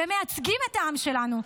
והם מייצגים את העם שלנו.